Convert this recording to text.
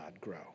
grow